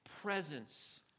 presence